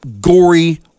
gory